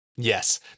Yes